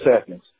seconds